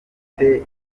badafite